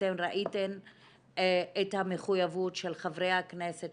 אתן ראיתן את המחויבות של חברי הכנסת,